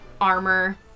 armor